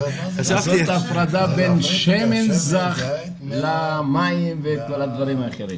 כלומר לעשות את ההפרדה בין שמן למים ולכל הדברים האחרים.